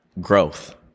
Growth